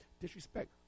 disrespect